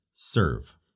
Serve